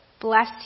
bless